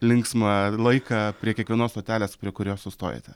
linksmą laiką prie kiekvienos stotelės prie kurios sustojate